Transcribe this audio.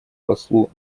послу